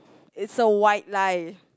is a white lie